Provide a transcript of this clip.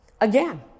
again